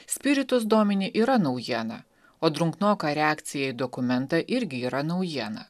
spiritus domini yra naujiena o drungnoka reakcija į dokumentą irgi yra naujiena